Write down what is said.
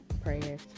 prayers